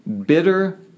bitter